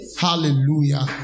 Hallelujah